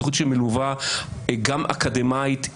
זאת תוכנית שמלווה גם אקדמית,